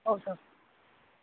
ହଉ ସାର୍